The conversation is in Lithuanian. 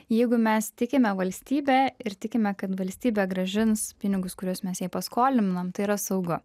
jeigu mes tikime valstybe ir tikime kad valstybė grąžins pinigus kuriuos mes jai paskolinam tai yra saugu